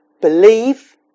believe